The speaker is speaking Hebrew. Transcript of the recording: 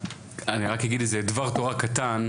אני רק אגיד איזה דבר תורה קטן,